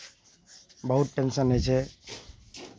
बहुत टेन्शन होइ छै